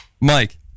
Mike